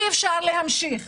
אי אפשר להמשיך.